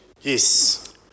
Yes